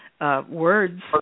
words